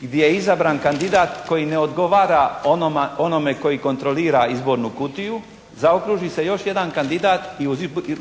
gdje je izabran kandidat koji ne odgovara onome koji kontrolira izbornu kutiju, zaokruži se još jedan kandidat i u